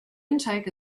intake